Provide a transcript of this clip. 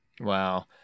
Wow